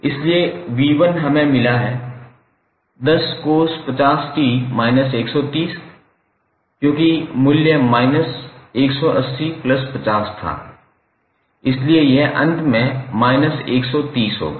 इसलिए 𝑣1 हमें मिला है 10cos50𝑡−130 है क्योंकि मूल्य 50 180 था इसलिए यह अंत में 130 होगा